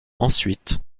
ensuite